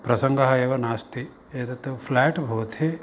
प्रसङ्गः एव नास्ति एतत् फ्लाट् भवति